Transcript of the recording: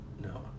no